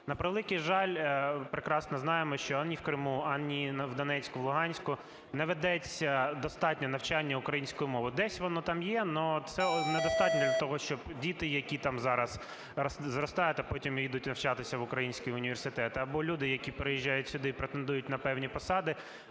На превеликий жаль, прекрасно знаємо, що ані в Криму, ані в Донецьку, Луганську не ведеться достатньо навчання української мови. Десь воно там є, но це недостатньо для того, щоб діти, які там зараз зростають, а потім їдуть навчатися в українські університети, або люди, які переїжджають сюди і претендують на певні посади,